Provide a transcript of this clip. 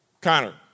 Connor